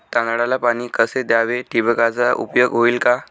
तांदळाला पाणी कसे द्यावे? ठिबकचा उपयोग होईल का?